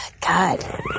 God